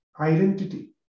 Identity